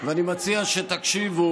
ואני מציע שתקשיבו,